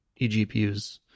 eGPUs